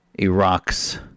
Iraq's